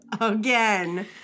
again